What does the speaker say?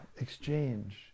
exchange